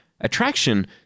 attraction